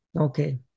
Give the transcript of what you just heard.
okay